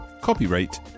Copyright